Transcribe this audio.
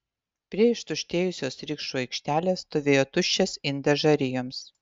prie ištuštėjusios rikšų aikštelės stovėjo tuščias indas žarijoms